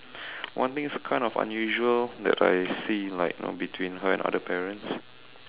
one thing kind of unusual that I see in like you know between her and other parents